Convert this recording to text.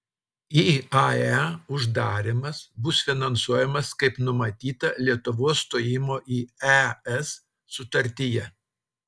iae uždarymas bus finansuojamas kaip numatyta lietuvos stojimo į es sutartyje